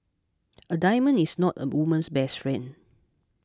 a diamond is not a woman's best friend